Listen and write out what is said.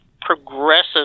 progressive